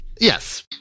Yes